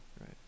right